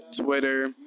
Twitter